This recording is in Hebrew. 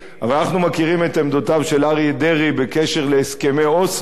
אבל אנחנו מכירים את עמדותיו של אריה דרעי בקשר להסכמי אוסלו,